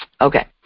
Okay